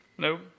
Nope